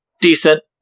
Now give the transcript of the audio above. decent